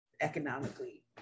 economically